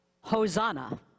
Hosanna